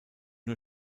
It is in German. nur